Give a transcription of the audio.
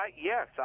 yes